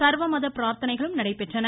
சர்வ மத பிரார்த்தனைகளும் நடைபெற்றன